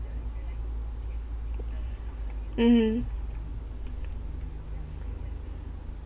mmhmm